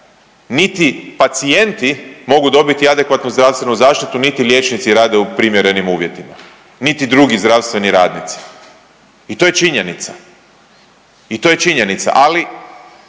niti pacijenti mogu dobiti adekvatnu zdravstvenu zaštitu, niti liječnici rade u primjerenim uvjetima, niti drugi zdravstveni radnici. I to je činjenica. I to je činjenica, ali